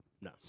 No